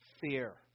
Fear